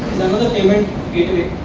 the payment gateway